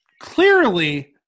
clearly